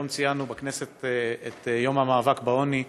היום ציינו בכנסת את יום המאבק בעוני.